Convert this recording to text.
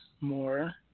more